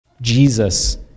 Jesus